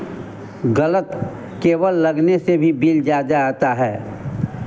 गलत केबल लगने से भी बिल ज़्यादा आता है